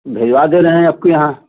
भिजवा दे रहे हैं आपके यहाँ